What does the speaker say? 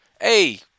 Hey